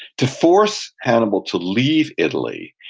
to force hannibal to leave italy,